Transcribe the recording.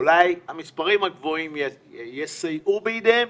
אולי המספרים הגבוהים יסייעו בידיהם,